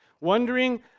Wondering